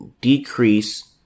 decrease